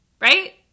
right